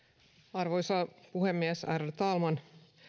arvoisa puhemies ärade talman